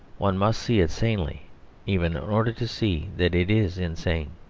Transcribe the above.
one must see it sanely even in order to see that it is insane.